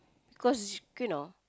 cause you know